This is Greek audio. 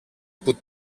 που